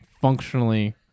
functionally